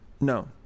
No